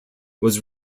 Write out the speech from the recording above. was